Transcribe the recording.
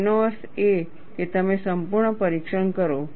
તેનો અર્થ એ કે તમે સંપૂર્ણ પરીક્ષણ કરો